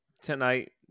Tonight